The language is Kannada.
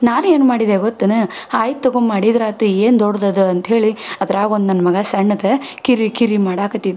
ನಾನು ಏನು ಮಾಡಿದೆ ಗೊತ್ತೇನು ಹಾಯ್ ತಗೊ ಮಾಡಿದ್ರೆ ಆಯ್ತು ಏನು ದೊಡ್ದಿದೆ ಅಂಥೇಳಿ ಅದ್ರಾಗ ಒಂದು ನನ್ನ ಮಗ ಸಣ್ಣದು ಕಿರಿಕಿರಿ ಮಾಡಾಕತ್ತಿದ್ದ